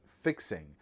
fixing